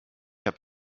habe